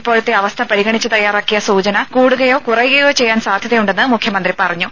ഇപ്പോഴത്തെ അവസ്ഥ പരിഗണിച്ച് തയ്യാറാക്കിയ സൂചന കൂടുകയോ കുറയുകയോ ചെയ്യാൻ സാധ്യതയുണ്ടെന്ന് മുഖ്യമന്ത്രി പറഞ്ഞു